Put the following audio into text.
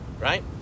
Right